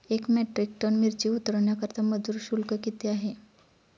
एक metric ton मिरची उतरवण्याकरता मजुर शुल्क किती आहे?